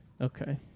okay